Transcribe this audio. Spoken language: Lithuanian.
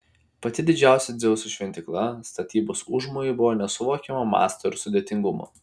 pati didžiausia dzeuso šventykla statybos užmojai buvo nesuvokiamo masto ir sudėtingumo